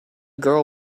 girl